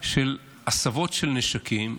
של הסבות של נשקים.